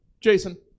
Jason